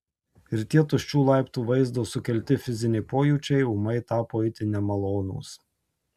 ir tie tuščių laiptų vaizdo sukelti fiziniai pojūčiai ūmai tapo itin nemalonūs